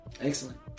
Excellent